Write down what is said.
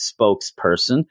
spokesperson